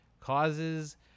causes